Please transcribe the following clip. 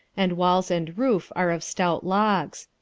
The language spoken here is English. and walls and roof are of stout logs.